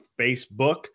Facebook